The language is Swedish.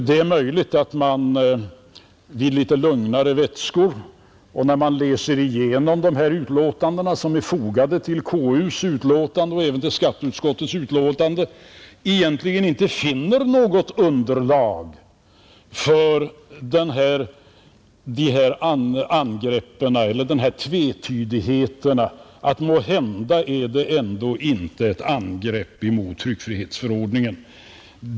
Det är möjligt att man vid litet lugnare vätskor och när man läser igenom de yttranden som är fogade till konstitutionsutskottets betänkande och även till skatteutskottets betänkande egentligen inte finner något underlag för de här tvetydigheterna att måhända är det ändå ett angrepp emot tryckfrihetsförordningen.